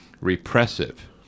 repressive